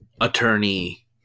attorney